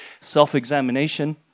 self-examination